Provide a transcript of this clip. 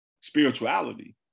spirituality